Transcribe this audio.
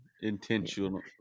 Intentional